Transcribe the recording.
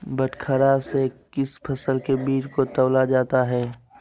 बटखरा से किस फसल के बीज को तौला जाता है?